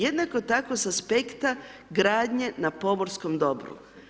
Jednako tako s aspekta gradnje na pomorskom dobru.